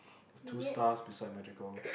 there's two stars beside magical